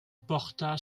porta